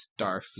Starfleet